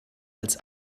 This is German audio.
als